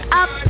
up